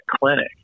clinic